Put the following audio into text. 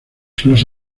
los